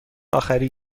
آخری